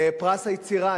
פרס היצירה,